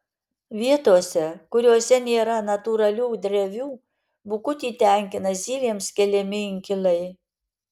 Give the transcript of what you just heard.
vietose kuriose nėra natūralių drevių bukutį tenkina zylėms keliami inkilai